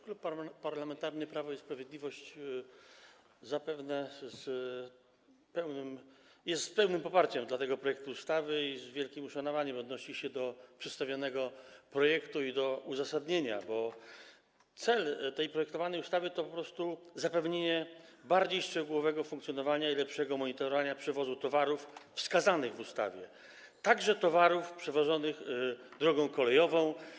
Klub Parlamentarny Prawo i Sprawiedliwość wyraża pełne poparcie dla tego projektu ustawy i z wielkim uszanowaniem odnosi się do przedstawionego projektu i do uzasadnienia, bo cel projektowanej ustawy to po prostu zapewnienie bardziej szczegółowego rozwiązania w zakresie funkcjonowania i lepszego monitorowania przewozu towarów wskazanych w ustawie, także towarów przewożonych drogą kolejową.